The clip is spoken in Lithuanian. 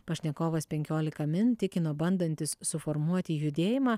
pašnekovas penkiolika min tikino bandantis suformuoti judėjimą